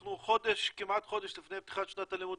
אנחנו כמעט חודש לפני פתיחת שנת הלימודים.